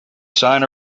sign